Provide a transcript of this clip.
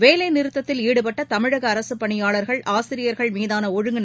வேலை நிறுத்தத்தில் ஈடுபட்ட தமிழக அரசுப் பணியாளர்கள் ஆசிரியர்கள் மீதான ஒழுங்கு